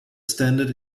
standard